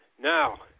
Now